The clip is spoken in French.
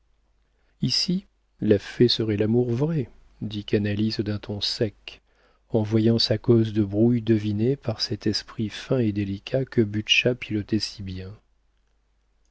ici la fée serait l'amour vrai dit canalis d'un ton sec en voyant sa cause de brouille devinée par cet esprit fin et délicat que butscha pilotait si bien